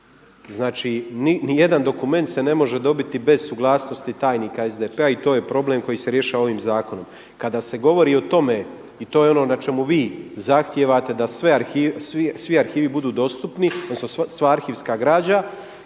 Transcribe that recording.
Znači nijedan dokument se ne može dobiti bez suglasnosti tajnika SDP-a i to je problem koji se rješava ovim zakonom. Kada se govori o tome i to je ono na čemu vi zahtijevate da svi arhivi budu dostupni odnosno sva arhivska građa,